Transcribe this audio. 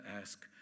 ask